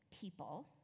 people